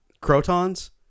Crotons